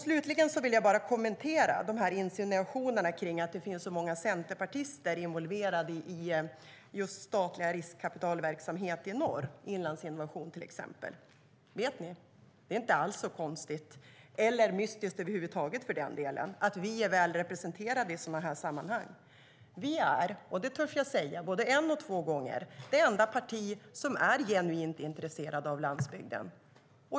Slutligen vill jag kommentera insinuationerna om att det finns så många centerpartister involverade i just statlig riskkapitalverksamhet i norr, till exempel Inlandsinnovation. Det är inte alls så konstigt eller mystiskt över huvud taget att vi är väl representerade i sådana sammanhang. Vi är, det törs jag säga både en och två gånger, det enda parti som är genuint intresserat av landsbygden.